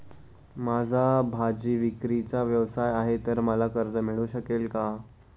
माझा भाजीविक्रीचा व्यवसाय आहे तर मला कर्ज मिळू शकेल का?